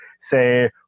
Say